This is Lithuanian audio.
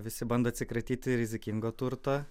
visi bando atsikratyti rizikingo turto